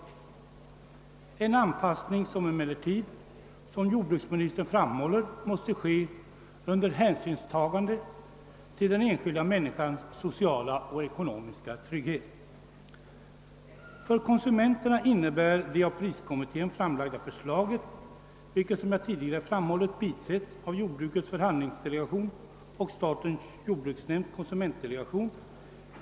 Denna anpassning måste, som jordbruksministern framhåller, genomföras under hänsynstagande till den enskilda människans sociala och ekonomiska trygghet. För konsumenterna innebär det av priskommittén framlagda förslaget, vilket som jag tidigare framhållit biträtts av jordbrukets förhandlingsdelegation och statens jordbruksnämnds <konsumentdelegation, .